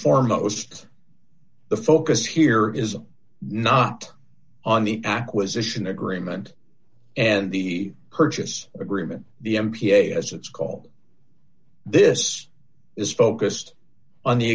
foremost the focus here is not on the acquisition agreement and the purchase agreement the m p a as it's called this is focused on the